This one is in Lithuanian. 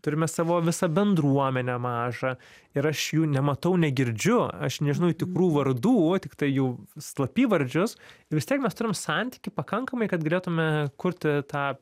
turime savo visą bendruomenę mažą ir aš jų nematau negirdžiu aš nežinau jų tikrų vardų o tiktai jų slapyvardžius ir vis tiek mes turim santykį pakankamai kad galėtume kurti tą